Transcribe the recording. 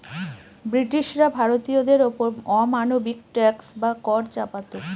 ব্রিটিশরা ভারতীয়দের ওপর অমানবিক ট্যাক্স বা কর চাপাতো